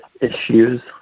issues